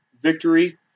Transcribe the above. victory